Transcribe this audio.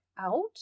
out